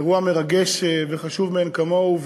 אירוע מרגש וחשוב מאין כמוהו,